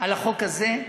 על החוק הזה,